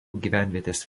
gyvenvietės